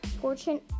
Fortune